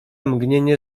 mgnienie